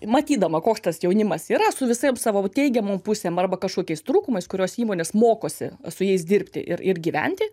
matydama koks tas jaunimas yra su visaip savo teigiamom pusėm arba kažkokiais trūkumais kuriuos įmonės mokosi su jais dirbti ir ir gyventi